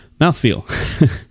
Mouthfeel